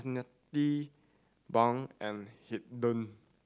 Arnetta Bunk and Haiden